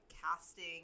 casting